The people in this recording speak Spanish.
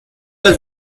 las